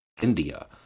India